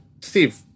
Steve